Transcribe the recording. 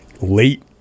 late